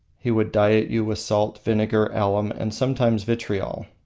he would diet you with salt, vinegar, alum, and sometimes, vitriol.